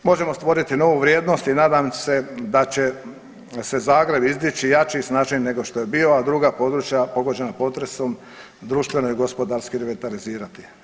Možemo stvoriti novu vrijednost i nadam se da će se Zagreb izdići jači, snažniji nego što je bio, a druga područja pogođena potresom društveno i gospodarski revitalizirati.